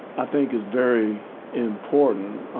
i think, is very important.